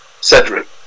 Cedric